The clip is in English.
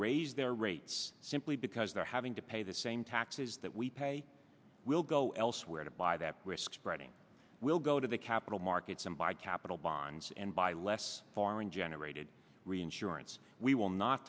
raise their rates simply because they're having to pay the same taxes that we pay we'll go elsewhere to buy that risk spreading we'll go to the capital markets and buy capital bonds and buy less foreign generated reinsurance we will not